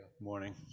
Morning